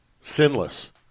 sinless